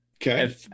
Okay